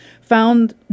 found